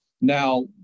Now